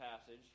passage